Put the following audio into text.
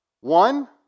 One